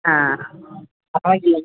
ಹಾಂ ಪರವಾಗಿಲ್ಲ